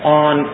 on